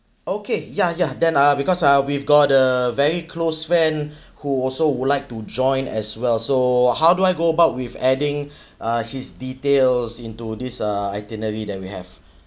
okay ya ya then uh because uh we've got a very close friend who also would like to join as well so how do I go about with adding uh his details into this uh itinerary that we have